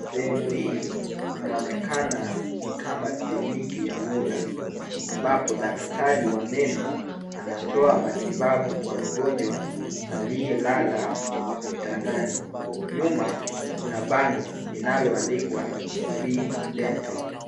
Sehemu hii inaonekana ni kama kliniki ya muda, ambapo daktari wa meno anatoa matibabu kwa mgonjwa aliyelala kitandani. Nyuma kuna bango linaloandikwa free dental .